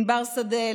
ענבר שדה,